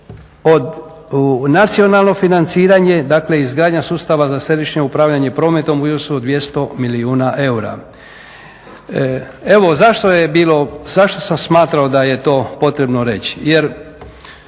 i nacionalno financiranje, dakle izgradnja sustava za središnje upravljanje prometom u iznosu od 200 milijuna eura. Evo zašto je bilo, zašto sam smatrao da je to potrebno reći.